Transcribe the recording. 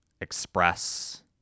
express